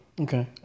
Okay